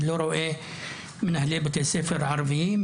אבל אני לא רואה מנהלי בתי ספר ערביים,